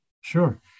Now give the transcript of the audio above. Sure